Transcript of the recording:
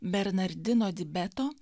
bernardino dibeto